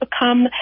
become